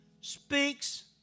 speaks